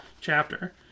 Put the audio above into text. chapter